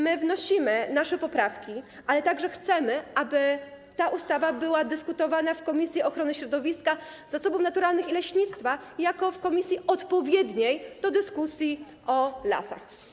My wnosimy nasze poprawki, ale także chcemy, aby ta ustawa była dyskutowana w Komisji Ochrony Środowiska, Zasobów Naturalnych i Leśnictwa jako komisji odpowiedniej do dyskusji o lasach.